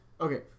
okay